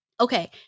Okay